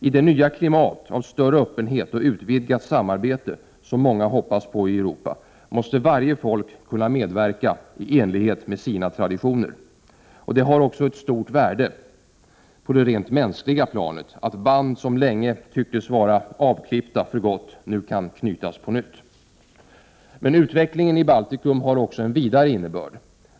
I det nya klimat med större öppenhet och utvidgat samarbete som många hoppas på i Europa måste varje folk kunna medverka i enlighet med sina traditioner. Det har också ett stort värde på det rent mänskliga planet att band som länge tycktes vara avklippta för gott nu kan knytas på nytt. Men utvecklingen i Baltikum har också en vidare innebörd.